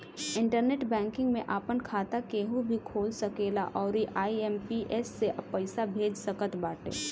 internet banking में आपन खाता केहू भी खोल सकेला अउरी आई.एम.पी.एस से पईसा भेज सकत बाटे